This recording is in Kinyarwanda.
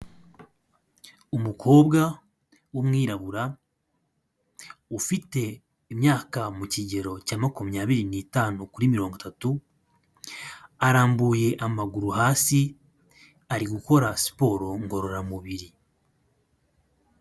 Umukobwa w'umwirabura ufite imyaka mu kigero cya makumyabiri n'itanu kuri mirongo itatu, arambuye amaguru hasi ari gukora siporo ngororamubiri.